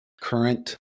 current